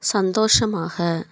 சந்தோஷமாக